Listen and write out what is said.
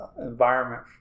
environment